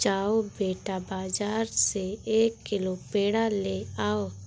जाओ बेटा, बाजार से एक किलो पेड़ा ले आओ